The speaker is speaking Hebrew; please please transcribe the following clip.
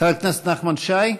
חבר הכנסת נחמן שי,